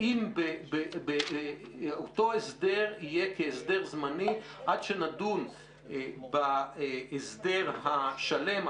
אותו הסדר יהיה הסדר זמני עד שנדון בהסדר השלם,